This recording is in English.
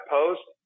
post